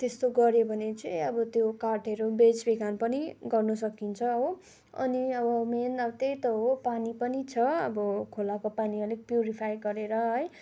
त्यस्तो गऱ्यो भने चाहिँ अब त्यो काठहरू बेच बिखन पनि गर्नु सकिन्छ हो अनि अब मेन अब त्यही त हो पानी पनि छ अब खोलाको पानी अलिक प्युरिफाई गरेर है